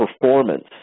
performance